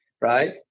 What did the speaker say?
right